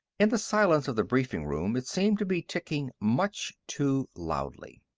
in the silence of the briefing room, it seemed to be ticking much too loudly.